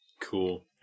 Cool